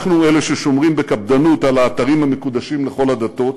אנחנו אלה ששומרים בקפדנות על האתרים המקודשים לכל הדתות,